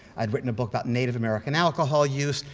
i'd written a book about native american alcohol use,